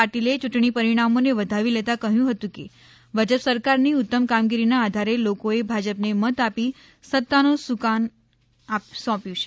પાટિલે ચૂંટણી પરિણામો ને વધાવી લેતા કહ્યું હતું કે ભાજપ સરકાર ની ઉત્તમ કામગીરી ના આધારે લોકો એ ભાજપ ને મત આપી સત્તા નું સુકાન સોંપ્યું છે